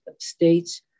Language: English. states